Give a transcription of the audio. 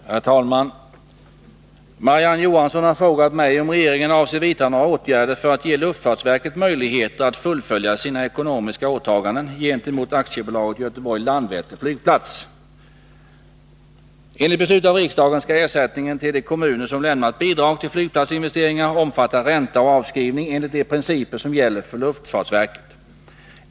Herr talman! Marie-Ann Johansson har frågat mig om regeringen avser vidta några åtgärder för att ge luftfartsverket möjligheter att fullfölja sina ekonomiska åtaganden gentemot AB Göteborg-Landvetter Flygplats. Enligt beslut av riksdagen skall ersättningen till de kommuner som lämnat bidrag till flygplatsinvesteringar omfatta ränta och avskrivning enligt de principer som gäller för luftfartsverket.